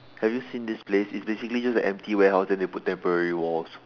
have you seen this place it's basically just an empty warehouse then they put temporary walls